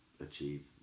achieve